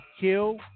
kill